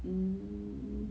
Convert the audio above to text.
um